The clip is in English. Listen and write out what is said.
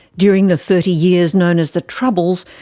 during the thirty years known as the troubles,